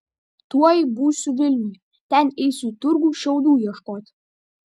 tuoj būsiu vilniuje ten eisiu į turgų šiaudų ieškoti